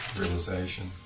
realization